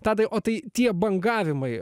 tadai o tai tie bangavimai